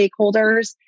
stakeholders